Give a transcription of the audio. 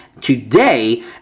today